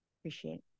appreciate